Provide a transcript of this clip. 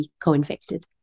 co-infected